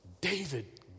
David